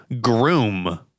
groom